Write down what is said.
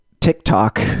TikTok